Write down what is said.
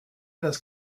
das